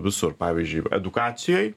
visur pavyzdžiui edukacijoj